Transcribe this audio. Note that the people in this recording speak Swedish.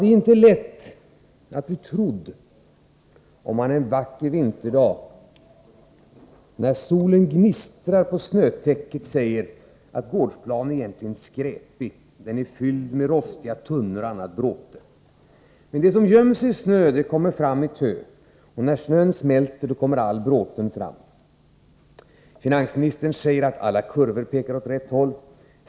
Det är inte lätt att bli trodd om man en vacker vinterdag, när solen gnistrar på snötäcket, säger att gårdsplanen egentligen är skräpig, att den är full med rostiga tunnor och annat bråte. Men det som göms i snö kommer fram i tö. När snön smälter kommer all bråten fram. Finansministern säger att alla kurvor pekar åt rätt håll.